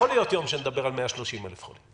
יכול להיות יום שנדבר על 130,000 חולים.